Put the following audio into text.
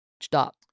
stop